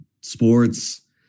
sports